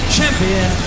Champion